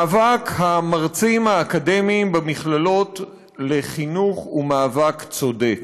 מאבק המרצים האקדמיים במכללות לחינוך הוא מאבק צודק.